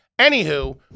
Anywho